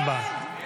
הצבעה.